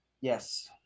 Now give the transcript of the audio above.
Yes